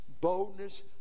boldness